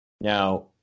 Now